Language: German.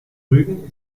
rügen